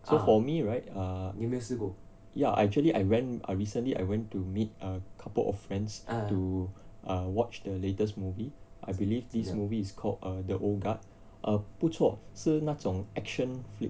so for me right err ya actually I went I recently I went to meet a couple of friends to watch the latest movie I believe this movie is called err the old guard err 不错是那种 action flick